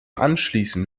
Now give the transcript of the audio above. anschließen